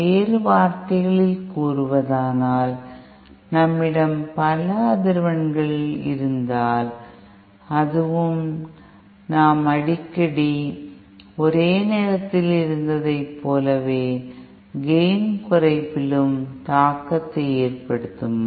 வேறு வார்த்தைகளில் கூறுவதானால் நம்மிடம் பல அதிர்வெண்கள் இருந்தால் அதுவும் நாம் அடிக்கடி ஒரே நேரத்தில் இருந்ததைப் போலவே கேய்ன் குறைப்பிலும் தாக்கத்தை ஏற்படுத்துமா